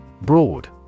Broad